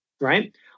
right